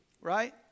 Right